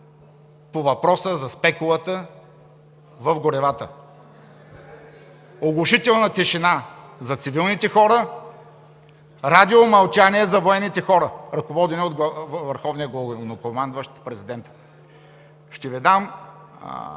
по въпроса за спекулата в горивата. Оглушителна тишина за цивилните хора, радиомълчание за военните хора, ръководени от върховния главнокомандващ – президента. Ще Ви дам